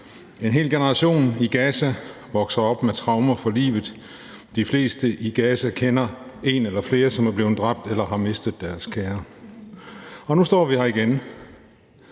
En hel generation i Gaza vokser op med traumer for livet. De fleste i Gaza kender en eller flere, som er blevet dræbt eller har mistet deres kære. Nu står vi her igen.